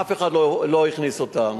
אף אחד לא הכניס אותם.